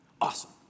Awesome